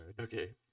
Okay